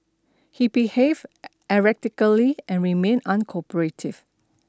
he behaved erratically and remained uncooperative